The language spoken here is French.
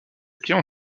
attaquer